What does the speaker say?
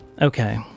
Okay